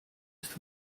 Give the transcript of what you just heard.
ist